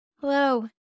Hello